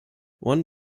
one